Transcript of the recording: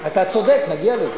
אתה צודק, נגיע לזה.